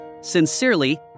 Sincerely